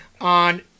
on